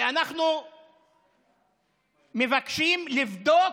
ואנחנו מבקשים לבדוק,